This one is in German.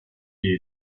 die